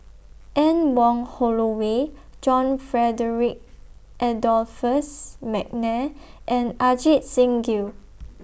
Anne Wong Holloway John Frederick Adolphus Mcnair and Ajit Singh Gill